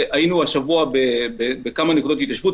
השבוע היינו בכמה נקודות התיישבות,